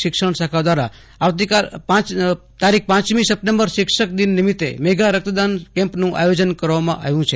શિક્ષણ શાખા દ્વારા પમી સપ્ટેમ્બર શિક્ષક દિન નિમિત્તે મેગા રક્ત દાન કેમ્પનું આયોજન કરવામાં આવ્યું છે